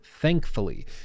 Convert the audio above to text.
thankfully